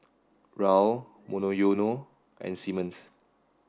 Raoul Monoyono and Simmons